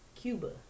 Cuba